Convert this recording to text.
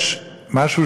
יש משהו,